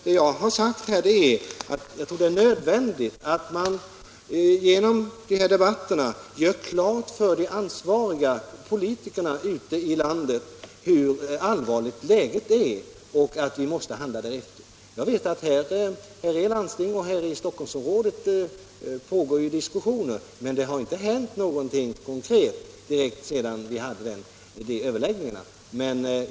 Men jag har sagt att det är nödvändigt att man genom dessa debatter gör klart för de ansvariga politikerna ute i landet hur allvarligt läget är och att vi måste handla därefter. Jag vet att det här i Stockholmsområdet och inom landstinget där pågår diskussioner, men det har inte hänt någonting konkret direkt efter de överläggningarna.